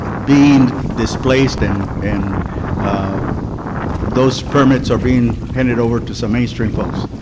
being displaced and in um those permits are being handed over to so mainstream folks.